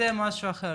זה משהו אחר.